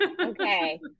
Okay